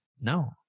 No